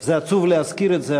זה עצוב להזכיר את זה,